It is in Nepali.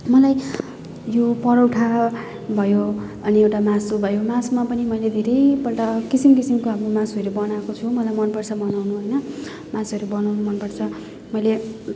मलाई यो परठा भयो अनि एउटा मासु भयो मासुमा पनि मैले धेरैपल्ट किसिम किसमको अब मासुहरू बनाएको छु मलाई मनपर्छ बनाउनु होइन मासुहरू बनाउनु मनपर्छ मैले